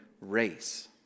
race